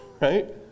right